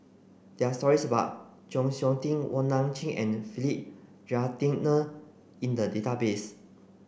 there are stories about Chng Seok Tin Wong Nai Chin and Philip Jeyaretnam in the database